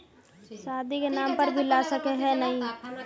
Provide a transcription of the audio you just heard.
शादी के नाम पर भी ला सके है नय?